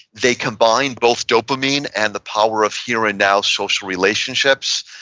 they combine both dopamine and the power of here and now social relationships.